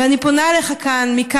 ואני פונה אליך מכאן,